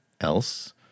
else